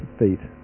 feet